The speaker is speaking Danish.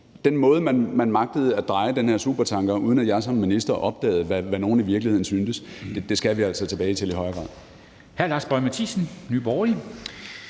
Den måde, man magtede at dreje den her supertanker på, uden at jeg som minister opdagede, hvad nogen i virkeligheden syntes, skal vi altså tilbage til i højere grad.